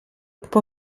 può